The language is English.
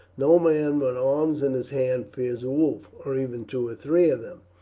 no man with arms in his hands fears a wolf, or even two or three of them,